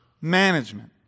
Management